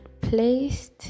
placed